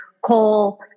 coal